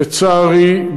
לצערי,